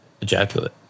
ejaculate